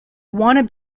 wanna